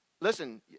Listen